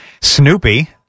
Snoopy